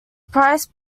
price